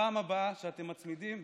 בפעם הבאה שאתם מצמידים,